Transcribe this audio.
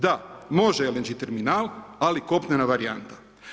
Da, može LNG terminal, ali kopnena varijanta.